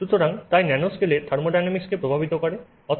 সুতরাং তাই ন্যানোস্কেলে থার্মোডিনামিক্সকে প্রভাবিত করে